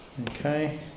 Okay